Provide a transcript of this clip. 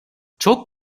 çok